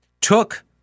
took